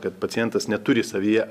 kad pacientas neturi savyje